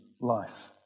life